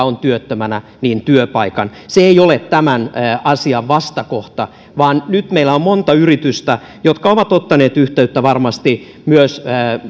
on työttömänä työpaikan se ei ole tämän asian vastakohta vaan nyt meillä on monta yritystä jotka ovat ottaneet yhteyttä varmasti myös